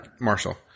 Marshall